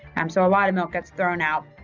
um so a lot milk gets thrown out.